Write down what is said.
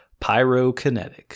pyrokinetic